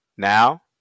Now